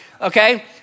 okay